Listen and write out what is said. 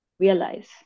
realize